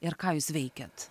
ir ką jūs veikiat